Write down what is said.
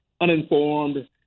uninformed